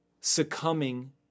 succumbing